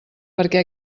perquè